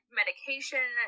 medication